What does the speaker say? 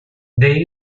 they